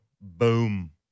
Boom